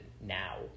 now